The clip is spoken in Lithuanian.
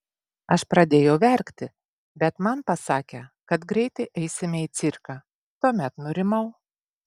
aš pradėjau verkti bet man pasakė kad greitai eisime į cirką tuomet nurimau